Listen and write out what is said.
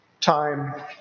Time